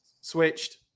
switched